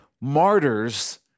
martyrs